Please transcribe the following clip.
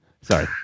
Sorry